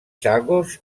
chagos